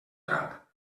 drap